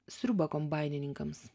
sriubą kombainininkas